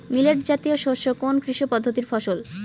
Millet জাতীয় শস্য কোন কৃষি পদ্ধতির ফসল?